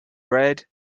bread